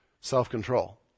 Self-control